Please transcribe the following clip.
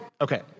Okay